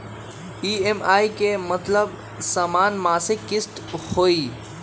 EMI के मतलब समान मासिक किस्त होहई?